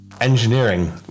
Engineering